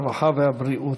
הרווחה והבריאות,